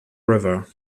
river